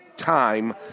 Time